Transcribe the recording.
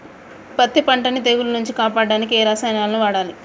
పత్తి పంటని తెగుల నుంచి కాపాడడానికి ఏ రసాయనాలను వాడాలి?